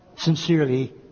Sincerely